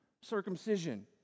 circumcision